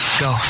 go